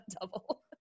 double